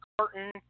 carton